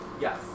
Yes